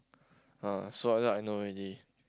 ah so after that I know already